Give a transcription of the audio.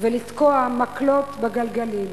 ולתקוע מקלות בגלגלים